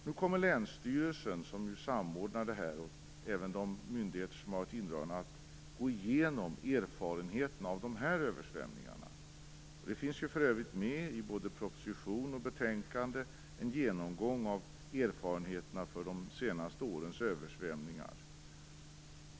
Nu kommer länsstyrelsen, som ju samordnar det här, och de myndigheter som varit indragna att gå igenom erfarenheterna av de här översvämningarna. Det finns för övrigt med i både proposition och betänkande en genomgång av erfarenheterna från de senaste årens översvämningar.